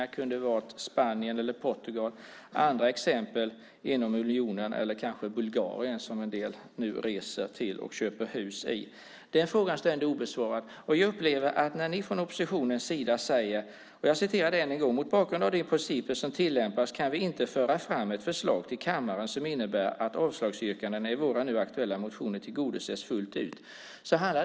Jag kunde ha valt Spanien eller Portugal, andra exempel inom unionen, eller kanske Bulgarien som en del nu reser till och köper hus i. Den frågan står obesvarad. Jag läser upp än en gång vad ni från oppositionens sida säger: Mot bakgrund av de principer som tillämpas kan vi inte föra fram ett förslag till kammaren som innebär att avslagsyrkandena i våra nu aktuella motioner tillgodoses fullt ut.